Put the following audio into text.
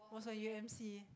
was on U_M_C